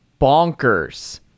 bonkers